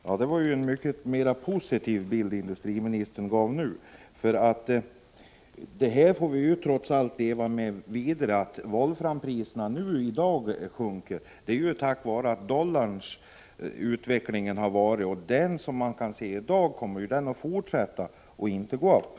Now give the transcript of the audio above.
Herr talman! Det var en mycket mer positiv bild industriministern nu tecknade. Det här får vi trots allt leva vidare med. Att volframpriset i dag sjunker beror på dollarns utveckling, och så vitt man kan se i dag kommer dollarn att fortsätta sjunka eller i varje fall inte gå upp.